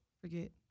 forget